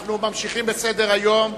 אנחנו ממשיכים בסדר-היום,